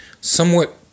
somewhat